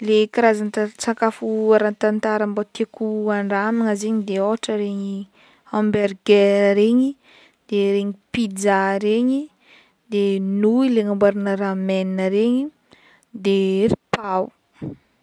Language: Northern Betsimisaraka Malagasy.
Le karazan-ta- tsakafo ara-tantara mbô tiako handramagna zaigny de ôhatra regny hamburger regny de regny pizza regny de nouille le agnamboarana ramen regny de ery pao.